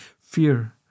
fear